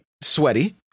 sweaty